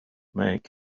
make